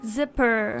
Zipper